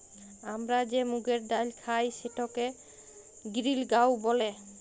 আমরা যে মুগের ডাইল খাই সেটাকে গিরিল গাঁও ব্যলে